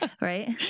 right